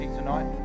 tonight